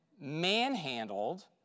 manhandled